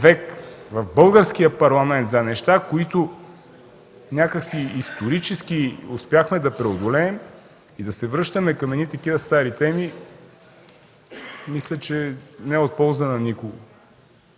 век, в българския парламент за неща, които някак си исторически успяхме да преодолеем, и да се връщаме към едни такива стари теми мисля, че не е от полза на никого.